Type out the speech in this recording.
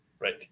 Right